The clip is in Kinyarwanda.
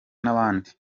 n’abandi